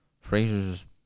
Fraser's